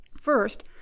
First